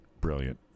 brilliant